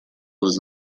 was